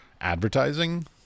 advertising